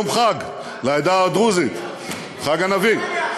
היום זה יום חג לעדה הדרוזית, חג הנביא.